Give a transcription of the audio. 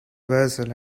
vessel